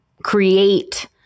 create